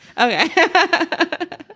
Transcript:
Okay